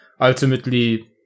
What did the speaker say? ultimately